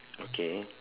okay